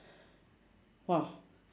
!wah!